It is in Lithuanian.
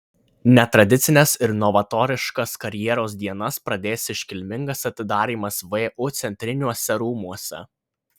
netradicines ir novatoriškas karjeros dienas pradės iškilmingas atidarymas vu centriniuose rūmuose